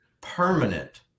permanent